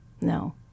No